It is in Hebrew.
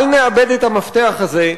אל נאבד את המפתח הזה,